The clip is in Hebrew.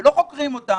לא חוקרים אותן,